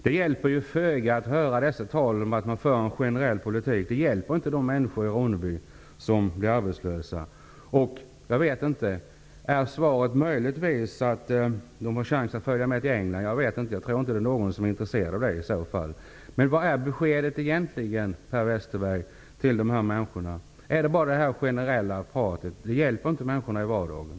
Det hjälper föga att höra talet om att man för en generell politik. Det hjälper inte de människor i Ronneby som blir arbetslösa. Är svaret möjligtvis att de anställda har chansen att följa med till England. Jag tror inte att någon är intresserad av det i så fall. Jag vet inte. Men vilket besked ger egentligen Per Westerberg till dessa människor? Är det bara talet om en generell politik? Det hjälper inte människorna i vardagen.